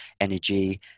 energy